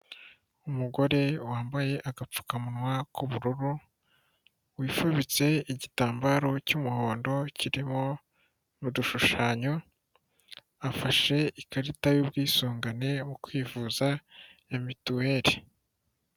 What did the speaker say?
Umugore wambaye agapfukamunwa k'ubururu wifubitse igitambaro cy'umuhondo kirimo udushushanyo afashe ikarita y'ubwisungane mu kwivuza ya mituweli.